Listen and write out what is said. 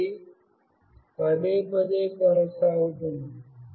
ఇది పదేపదే కొనసాగుతుంది